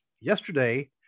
yesterday